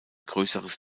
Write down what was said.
größeres